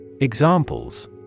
Examples